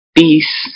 peace